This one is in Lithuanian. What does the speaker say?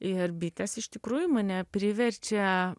ir bitės iš tikrųjų mane priverčia